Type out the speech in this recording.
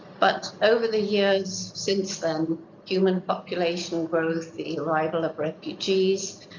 but over the years since then human population growth, the arrival of refugees,